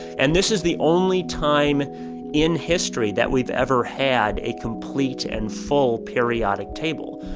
and this is the only time in history that we've ever had a complete and full periodic table.